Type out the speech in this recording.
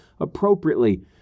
appropriately